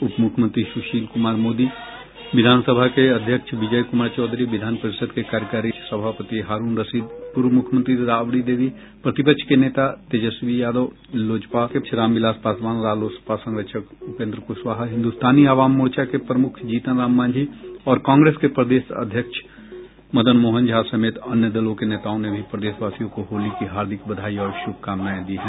उपमुख्यमंत्री सुशील कुमार मोदी विधानसभा के अध्यक्ष विजय कुमार चौधरी विधानपरिषद के कार्यकारी सभापति हारूण रशीद पूर्व मुख्यमंत्री राबड़ी देवी प्रतिपक्ष के नेता तेजस्वी यादव लोजपा के रामविलास पासवान रालोसपा संरक्षक उपेन्द्र कुशवाहा हिन्दुस्तानी अवाम मोर्चा के प्रमुख जीतन राम मांझी और कांग्रेस के प्रदेश अध्यक्ष मदन मोहन झा समेत अन्य दलों के नेताओं ने भी प्रदेशवासियों को होली की हार्दिक बधाई और शुभकामनाएं दी हैं